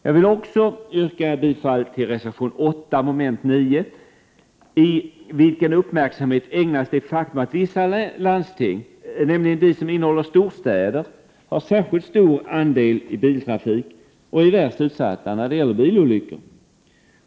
Jag vill också yrka bifall till reservation 8, moment 9, i vilken uppmärksamhet ägnas det faktum att vissa landsting, nämligen de som innehåller storstäder, har särskilt stor andel biltrafik och är värst utsatta när det gäller bilolyckor.